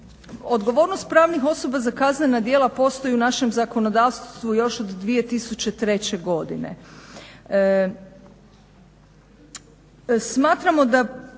odgovornost pravnih osoba za kaznena djela postoji u našem zakonodavstvu još od 2003. godine.